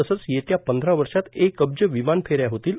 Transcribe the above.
तसंच येत्या पंधरा वर्षात एक अब्ज विमान फेऱ्या होतील